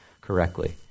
correctly